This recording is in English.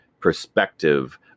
perspective